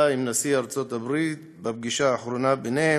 עם נשיא ארצות-הברית בפגישה האחרונה ביניהם,